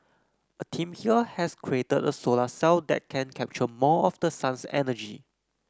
a team here has created a solar cell that can capture more of the sun's energy